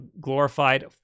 glorified